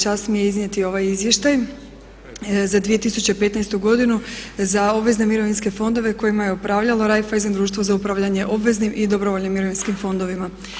Čast mi je iznijeti ovaj izvještaj za 2015. za obvezne mirovinske fondove kojima je upravljalo Raiffeisen društvo za upravljanje obveznim i dobrovoljnim mirovinskim fondovima.